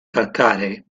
calcarei